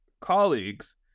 colleagues